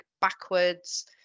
backwards